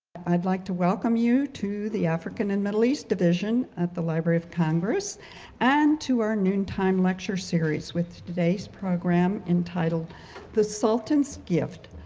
i'd like to welcome you to the african and middle east division at the library of congress and to our noontime lecture series with today's program entitled the sultan's gift,